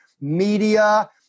media